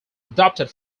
adopted